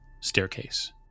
staircase